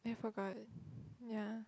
I forgot yeah